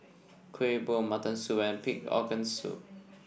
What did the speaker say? Kuih Bom Mutton Soup and Pig Organ Soup